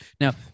Now